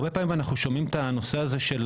הרבה פעמים אנחנו שומעים את הנושא הזה של